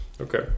Okay